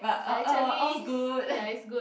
but all's good